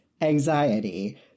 anxiety